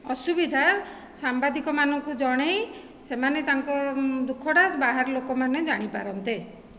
ଅସୁବିଧା ସାମ୍ବାଦିକ ମାନଙ୍କୁ ଜଣାଇ ସେମାନେ ତାଙ୍କ ଦୁଃଖଟା ବାହାର ଲୋକମାନେ ଜାଣିପାରନ୍ତେ